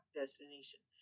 destination